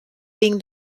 being